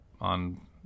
on